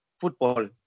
football